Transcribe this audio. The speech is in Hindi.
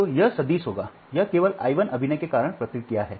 तो यह सदिश होगा यह केवल I 1 अभिनय के कारण प्रतिक्रिया है